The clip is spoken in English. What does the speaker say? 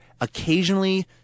occasionally